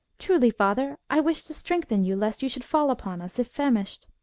truly, father, i wished to strengthen you, lest you should fall upon us, if famished!